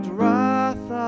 wrath